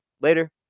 Later